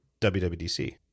WWDC